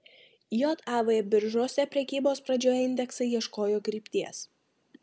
jav biržose prekybos pradžioje indeksai ieškojo krypties